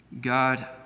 God